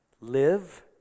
Live